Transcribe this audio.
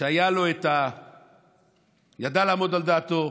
הוא ידע לעמוד על דעתו,